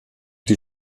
die